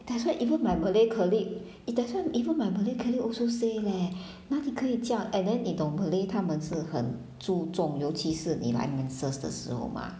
that's why even my malay colleague eh that's why even my malay colleague also say leh 哪里可以这样 and then 你懂 malay 他们是很注重尤其是你来 menses 的时候 mah